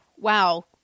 wow